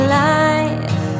life